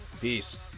Peace